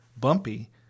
bumpy